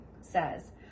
says